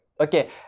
okay